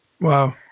Wow